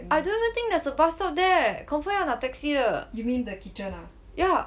I don't even think there's a bus stop there there confirm 要拿 taxi 的 yeah